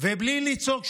ובלי לצעוק.